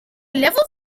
levels